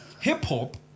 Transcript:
hip-hop